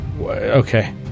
Okay